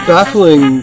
Baffling